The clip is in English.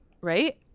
Right